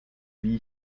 wie